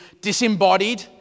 disembodied